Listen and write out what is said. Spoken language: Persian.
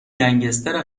گنگستر